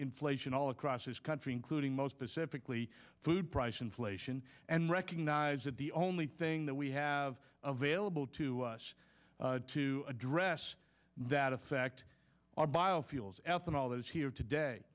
inflation all across this country including most pacifically food price inflation and recognize that the only thing that we have available to us to address that affect our biofuels ethanol is here today